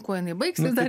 kuo jinai baigsis dar